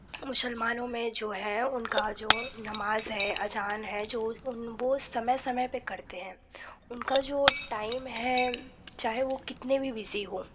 मुसलमानों में जो हैं उनका जो नमाज़ है अजान है जो उन वो समय समय पे करते हैं उनका जो टाइम है चाहे वो कितनी भी बिज़ी हों